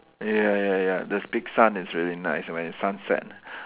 ya ya ya the big sun is really nice when it's sunset